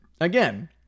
again